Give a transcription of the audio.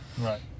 Right